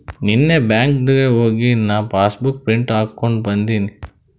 ನೀನ್ನೇ ಬ್ಯಾಂಕ್ಗ್ ಹೋಗಿ ನಾ ಪಾಸಬುಕ್ ಪ್ರಿಂಟ್ ಹಾಕೊಂಡಿ ಬಂದಿನಿ